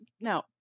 No